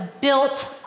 built